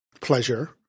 pleasure